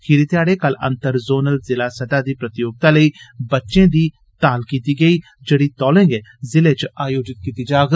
खीरी ध्याड़े कल अन्तर जोनल जिला स्तह दी प्रतियोगिता लेई बच्चें दी ताल कीती गेई जेड़ी तौले गै जिले च आयोजित कीती जाग